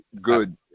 good